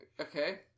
Okay